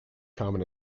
common